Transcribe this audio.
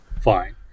fine